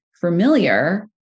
familiar